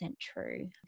true